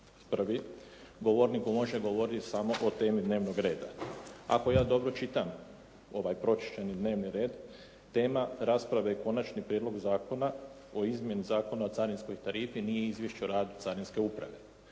1., govornik može govoriti samo o temi dnevnog reda. Ako ja dobro čitam ovaj pročišćeni dnevni red, tema rasprave je Konačni prijedlog zakona o Izmjeni zakona o carinskoj tarifi, nije izvješće o radu carinske uprave.